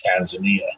Tanzania